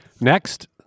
Next